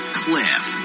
cliff